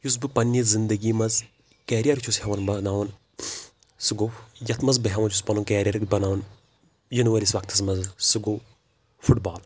یُس بہٕ پَنٕنہِ زنٛدگی منٛز کیریر چھُس ہیوان بَناوُن سُہ گوٚو یَتھ منٛز بہٕ ہیوان چھُس پَنُن کیریر بَناوُن یِنہٕ وٲلَس وقتَس منٛز سُہ گوٚو فٹ بال